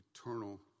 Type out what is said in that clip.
eternal